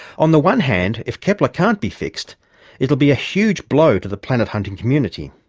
on the one hand, if kepler can't be fixed it will be a huge blow to the planet-hunting community.